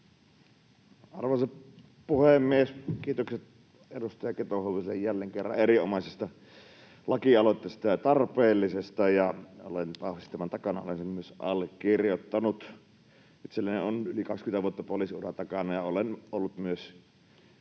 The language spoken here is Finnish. Arvoisa puhemies! Kiitokset edustaja Keto-Huoviselle jälleen kerran erinomaisesta ja tarpeellisesta lakialoitteesta. Olen vahvasti tämän takana. Olen sen myös allekirjoittanut. Itselläni on yli 20 vuotta poliisiuraa takana, ja olen ollut